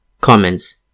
Comments